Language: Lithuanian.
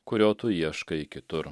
kurio tu ieškai kitur